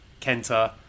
Kenta